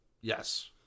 yes